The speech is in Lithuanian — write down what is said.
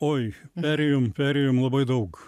oi perėjom perėjom labai daug